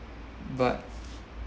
but